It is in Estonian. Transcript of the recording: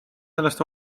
sellest